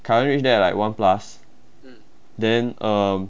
kai wen reach there at like one plus then uh